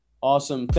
Awesome